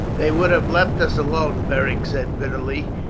they would have left us alone, beric said bitterly,